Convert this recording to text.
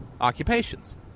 occupations